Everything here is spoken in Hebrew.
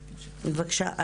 בבקשה.